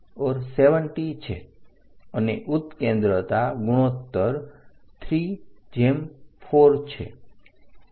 ધારો કે તે 70 છે અને ઉત્કેન્દ્રતા ગુણોત્તર 34 છે